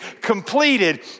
completed